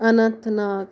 Anant Nag